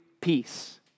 peace